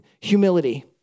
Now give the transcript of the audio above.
humility